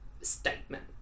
statement